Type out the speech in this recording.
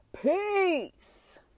peace